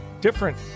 different